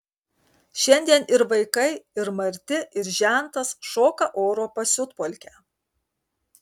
šiandien ir vaikai ir marti ir žentas šoka oro pasiutpolkę